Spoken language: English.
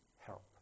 help